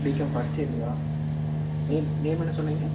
BCom first இயர்ங்களா name name என்ன சொன்னீங்க